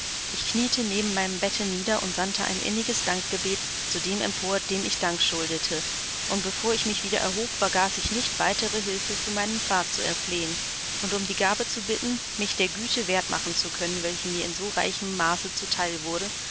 ich knieete neben meinem bette nieder und sandte ein inniges dankgebet zu dem empor dem ich dank schuldete und bevor ich mich wieder erhob vergaß ich nicht weitere hilfe für meinen pfad zu erflehen und um die gabe zu bitten mich der güte wert machen zu können welche mir in so reichem maße zu teil wurde